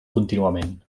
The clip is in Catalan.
contínuament